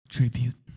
Tribute